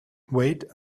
wait